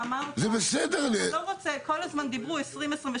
אבל אתה אמרת, כל הזמן דיברו 2022